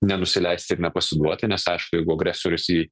nenusileist ir nepasiduoti nes aišku jeigu agresorius į